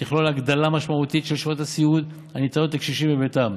ותכלול הגדלה משמעותית של שעות הסיעוד הניתנות לקשישים בביתם,